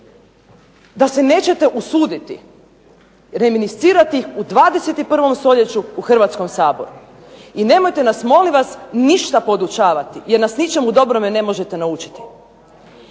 da se nećete usuditi reminiscirati ih u 21. stoljeću u Hrvatskom saboru. I nemojte nas, molim vas, ničemu podučavati jer nas ničemu dobrome ne možete naučiti.